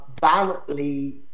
violently